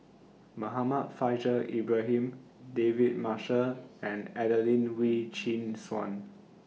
Muhammad Faishal Ibrahim David Marshall and Adelene Wee Chin Suan